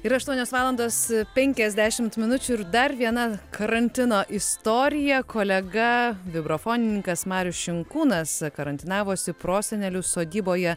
yra aštuonios valandos penkiasdešimt minučių ir dar viena karantino istorija kolega vibrafonininkas marius šinkūnas karantinavosi prosenelių sodyboje